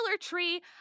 tree